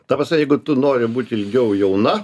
ta prasme jeigu tu nori būt ilgiau jauna